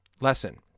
lesson